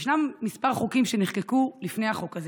יש כמה חוקים שנחקקו לפני החוק הזה,